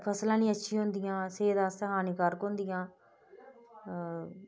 फसलां निं अच्छी हुंदियां सेह्त आस्तै हानिकारक हुंदियां